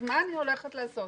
אז מה אני הולכת לעשות?